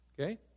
Okay